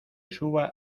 suba